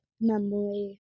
memory